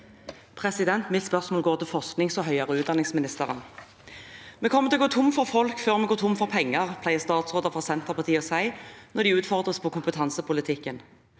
Mitt spørsmål går til forsknings- og høyere utdanningsministeren. Vi kommer til å gå tom for folk før vi går tom for penger, pleier statsråder fra Senterpartiet å si når de utfordres på kompetansepolitikken.